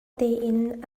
tein